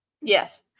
Yes